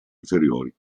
inferiori